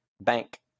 bank